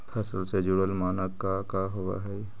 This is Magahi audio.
फसल से जुड़ल मानक का का होव हइ?